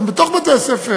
גם בתוך בתי-הספר,